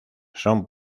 son